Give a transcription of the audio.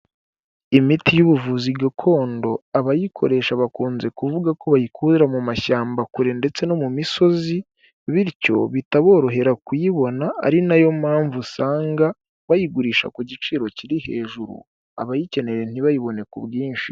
Imiti y'ubuvuzi gakondo abayikoresha bakunze kuvuga ko bayikura mu mashyamba kure, ndetse no mu misozi bityo bitaborohera kuyibona ari nayo mpamvu usanga bayigurisha ku giciro kiri hejuru, abayikeneye ntibayibone ku bwinshi.